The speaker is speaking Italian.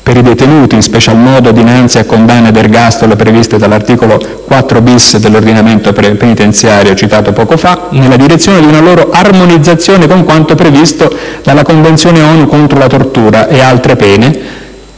per i detenuti, in special modo dinanzi a condanne all'ergastolo, previste dall'articolo 4-*bis* dell'ordinamento penitenziario citato poco fa, nella direzione di una loro armonizzazione con quanto previsto dalla Convenzione ONU contro la tortura e altre pene,